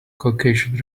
caucasian